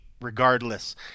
regardless